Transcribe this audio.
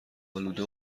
آلوده